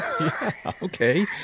Okay